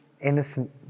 innocent